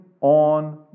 on